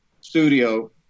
studio